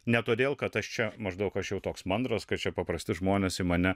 ne todėl kad aš čia maždaug aš jau toks mandras kad čia paprasti žmonės į mane